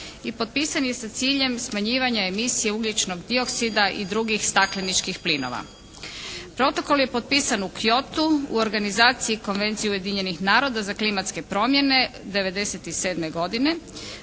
i potpisan je sa ciljem smanjivanja emisije ugljičnog dioksida i drugih stakleničkih plinova. Protokol je potpisan u Kyotu u organizaciji Konvencije Ujedinjenih Naroda za klimatske promjene 97. godine.